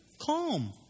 calm